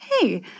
hey